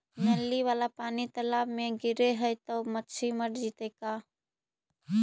नली वाला पानी तालाव मे गिरे है त मछली मर जितै का?